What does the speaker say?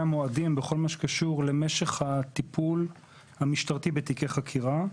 מועדים בכל מה שקשור למשך הטיפול המשטרתי בתיקי חקירה.